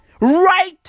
Right